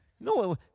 No